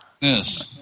yes